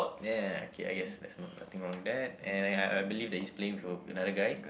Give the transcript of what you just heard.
ya ya okay I guessed there's no nothing wrong with that and I I believe that he's playing with a another guy